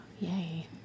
Yay